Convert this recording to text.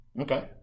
Okay